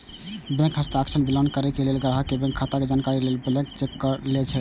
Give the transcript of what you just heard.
bank हस्ताक्षर के मिलान करै लेल, ग्राहक के बैंक खाता के जानकारी लेल ब्लैंक चेक लए छै